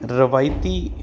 ਰਵਾਇਤੀ